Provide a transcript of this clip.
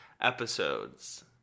episodes